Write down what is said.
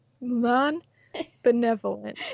non-benevolent